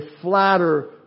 flatter